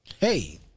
Hey